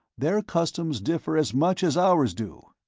their customs differ as much as ours do.